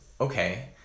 okay